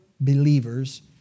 believers